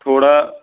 تھوڑا